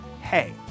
hey